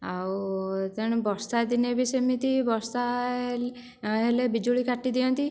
ଆଉ ତେଣୁ ବର୍ଷାଦିନେ ବି ସେମିତି ବର୍ଷା ହେଲେ ବିଜୁଳି କାଟି ଦିଅନ୍ତି